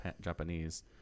Japanese